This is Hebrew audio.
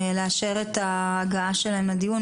לאשר את ההגעה שלהם לדיון,